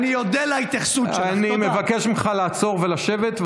אני מבקש ממך לעצור ולשבת.